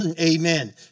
Amen